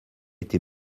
été